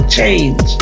change